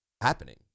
happening